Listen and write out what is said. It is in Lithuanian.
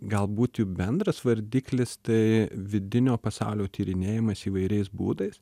galbūt jų bendras vardiklis tai vidinio pasaulio tyrinėjimas įvairiais būdais